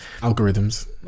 Algorithms